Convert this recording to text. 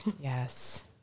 Yes